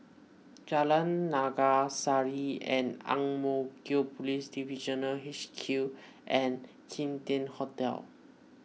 Jalan Naga Sari Ang Mo Kio Police Divisional H Q and Kim Tian Hotel